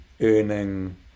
earning